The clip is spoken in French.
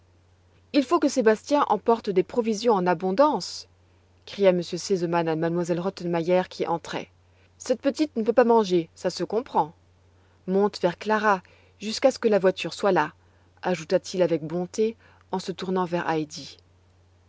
il faut que sébastien emporte des provisions en abondance cria m r sesemann à m elle rottenmeier qui entrait cette petite ne peut pas manger ça se comprend monte vers clara jusqu'à ce que la voiture soit là ajouta-t-il avec bonté en se tournant vers heidi